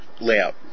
Layout